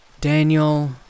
Daniel